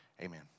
Amen